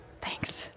Thanks